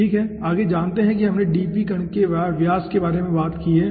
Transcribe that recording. ठीक है आगे देखते हैं कि हमने dp कण व्यास के बारे में बात की है